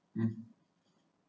mm